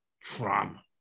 trauma